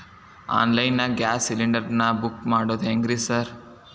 Online ನಾಗ gas cylinder ನಾ book ಮಾಡೋದ್ ಹೆಂಗ್ರಿ ಸಾರ್?